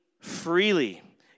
freely